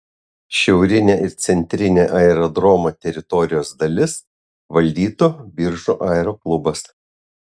šiaurinę ir centrinę aerodromo teritorijos dalis valdytų biržų aeroklubas